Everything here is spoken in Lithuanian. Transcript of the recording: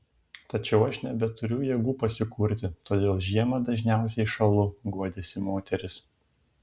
tačiau aš nebeturiu jėgų pasikurti todėl žiemą dažniausiai šąlu guodėsi moteris